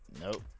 nope